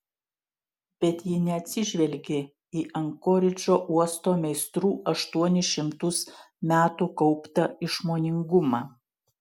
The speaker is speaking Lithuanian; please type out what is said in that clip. bet ji neatsižvelgė į ankoridžo uosto meistrų aštuonis šimtus metų kauptą išmoningumą